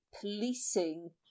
policing